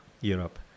Europe